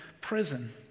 prison